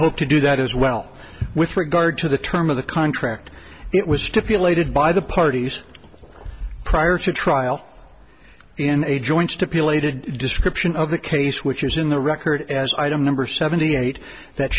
hope to do that as well with regard to the term of the contract it was stipulated by the parties prior to trial in a joint stipulated description of the case which is in the record as item number seventy eight that